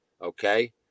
Okay